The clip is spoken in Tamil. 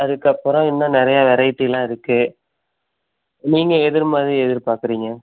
அதுக்கப்புறம் இன்னும் நிறையா வெரைட்டியெலாம் இருக்குது நீங்கள் எது மாதிரி எதிர்பார்க்கறீங்க